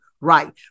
right